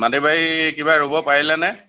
মাটি বাৰী কিবা ৰুৱ পাৰিলেনে